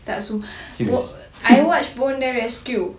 tak semua I watch bondi rescue